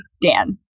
Dan